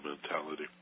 mentality